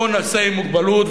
או נשאי מוגבלות,